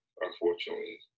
unfortunately